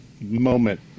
moment